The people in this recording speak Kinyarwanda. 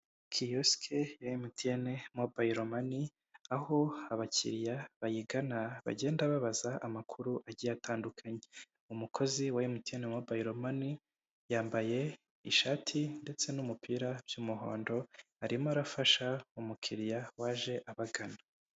Kiyosiki ya MTN mobile money, aho abakiriya bayigana bagenda babaza amakuru agiye atandukanye. Umukozi wa MTN mobile money yambaye ishati ndetse n'umupira by'umuhondo arimo arafasha umukiriya waje abagana.